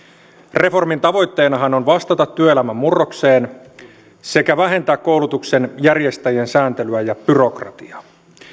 reformin tavoitteenahan on vastata työelämän murrokseen sekä vähentää koulutuksen järjestäjien sääntelyä ja byrokratiaa